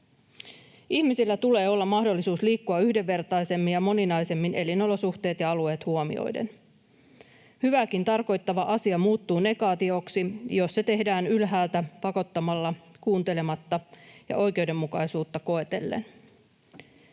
Ihmisillä tulee olla mahdollisuus liikkua yhdenvertaisemmin ja moninaisemmin elinolosuhteet ja alueet huomioiden. Hyvääkin tarkoittava asia muuttuu negaatioksi, jos se tehdään ylhäältä pakottamalla, kuuntelematta ja oikeudenmukaisuutta koetellen.